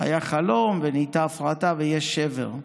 היה חלום ונהייתה הפרטה ויש שבר.